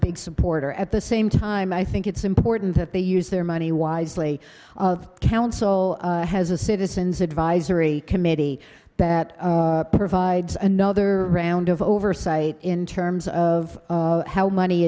big supporter at the same time i think it's important that they use their money wisely council has a citizens advisory committee that provides another round of oversight in terms of how money